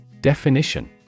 Definition